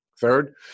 Third